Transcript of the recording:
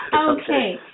Okay